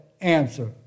answer